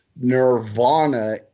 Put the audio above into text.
nirvana